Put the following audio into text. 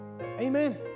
Amen